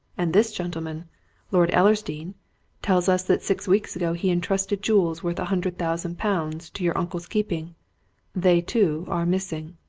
and this gentleman lord ellersdeane tells us that six weeks ago he entrusted jewels worth a hundred thousand pounds to your uncle's keeping they, too, are missing.